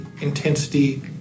intensity